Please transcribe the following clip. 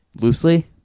loosely